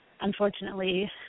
unfortunately